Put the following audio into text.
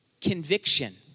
conviction